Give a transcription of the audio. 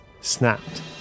snapped